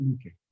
okay